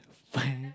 pio~